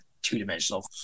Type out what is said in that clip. two-dimensional